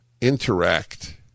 interact